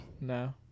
No